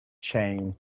chain